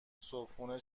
صبحونه